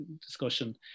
discussion